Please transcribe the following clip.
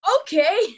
okay